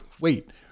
Wait